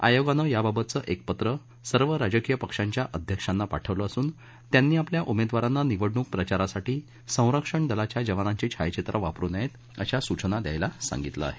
आयोगानं याबाबतचं एक पत्र सर्व राजकीय पक्षांच्या अध्यक्षांना पाठवलं असून त्यांनी आपल्या उमेदवारांना निवडणक प्रचारासाठी संरक्षण दलाच्या जवानांची छायाचित्रं वापरू नयेत अशा सूचना द्यायला सांगितलं आहे